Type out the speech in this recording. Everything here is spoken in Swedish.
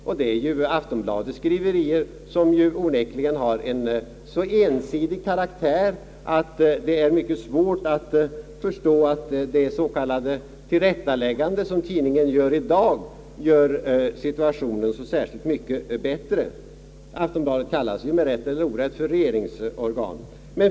Jag tänker då på Aftonbladets skriverier, som onekligen har en så ensidig karaktär att det är svårt att förstå att det s.k. tillrättaläggande, som tidningen gör i dag, gör situationen särskilt mycket bättre. Aftonbladet kallas ju med rätt eller orätt för regeringsorgan.